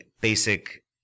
basic